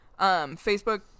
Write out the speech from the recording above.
Facebook